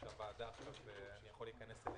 שבוועדה עכשיו אני לא יכול להיכנס אליהן,